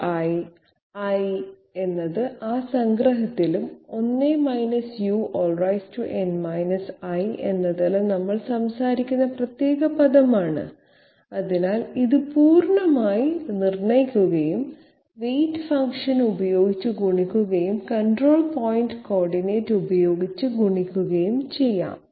ui i എന്നത് ആ സംഗ്രഹത്തിലും n i എന്നതിലും നമ്മൾ സംസാരിക്കുന്ന പ്രത്യേക പദമാണ് അതിനാൽ ഇത് പൂർണ്ണമായി നിർണ്ണയിക്കുകയും വെയ്റ്റ് ഫംഗ്ഷൻ ഉപയോഗിച്ച് ഗുണിക്കുകയും കൺട്രോൾ പോയിന്റ് കോർഡിനേറ്റ് ഉപയോഗിച്ച് ഗുണിക്കുകയും ചെയ്യാം